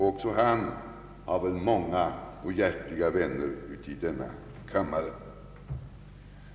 Också han har många och hjärtliga vänner i denna kammare.